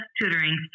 tutoring